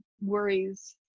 worries